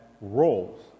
roles